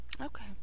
okay